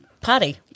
Party